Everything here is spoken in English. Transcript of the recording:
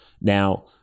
Now